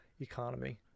economy